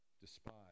despise